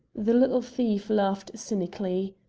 the little thief laughed cynically.